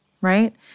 right